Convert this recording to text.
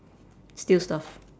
steal stuff